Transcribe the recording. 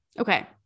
Okay